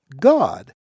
God